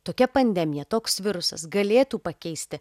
tokia pandemija toks virusas galėtų pakeisti